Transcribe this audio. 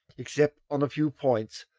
except on a few points,